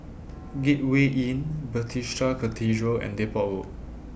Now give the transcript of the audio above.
Gateway Inn Bethesda Cathedral and Depot Road